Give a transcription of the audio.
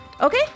Okay